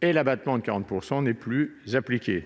et l'abattement de 40 % n'est plus appliqué.